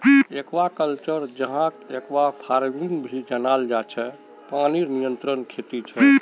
aquaculture, जहाक aquafarming भी जनाल जा छे पनीर नियंत्रित खेती छे